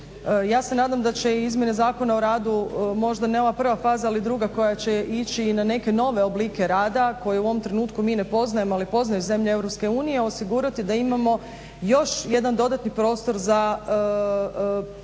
Ja se nadam da će izmjene Zakona o radu možda ne ova prva faza ali druga koja će ići na neke nove oblike rada koje u ovom trenutku mi ne poznajemo ali poznaju zemlje EU, osigurati da imamo još jedan dodatni prostor za ajmo